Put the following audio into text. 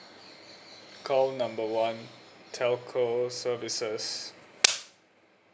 call number one telco services